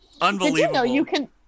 Unbelievable